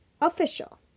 official